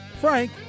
Frank